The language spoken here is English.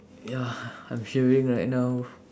ya I'm shivering right now